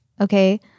okay